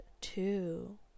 two